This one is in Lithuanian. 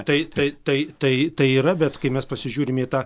tai tai tai tai tai yra bet kai mes pasižiūrime į tą